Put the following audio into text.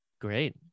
Great